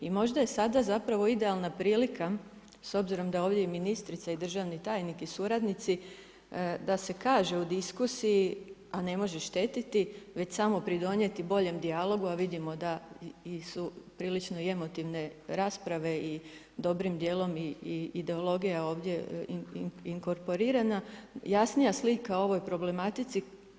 I možda je sada zapravo idealna prilika, s obzirom da je ovdje i ministrica i državni tajnik i suradnici, da se kaže u diskusiji, a ne može štetiti već samo pridonijeti boljem dijalogu, a vidimo da su prilično emotivne rasprave i dobrim dijelom i ideologija ovdje inkorporirana jasnija slika o ovoj problematici.